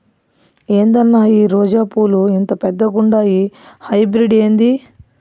ఏందన్నా ఈ రోజా పూలు ఇంత పెద్దగుండాయి హైబ్రిడ్ ఏంది